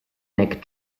neck